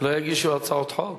לא יגישו הצעות חוק?